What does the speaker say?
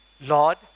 Lord